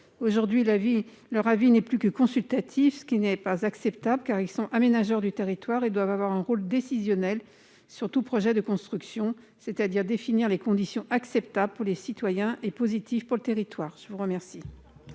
Aujourd'hui, leur avis n'est plus que consultatif. Cela n'est pas acceptable, car ils sont aménageurs du territoire et doivent avoir un rôle décisionnel sur tout projet de construction : ils doivent définir des conditions d'installation acceptables pour les citoyens et positives pour le territoire. La parole